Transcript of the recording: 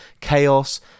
chaos